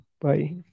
Bye